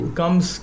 comes